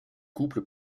couple